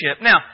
Now